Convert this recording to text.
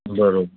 बराबरि